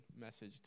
message